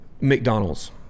McDonald's